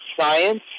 science